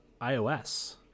iOS